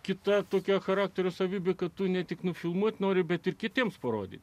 kita tokia charakterio savybė kad tu ne tik nufilmuoti nori bet ir kitiems parodyti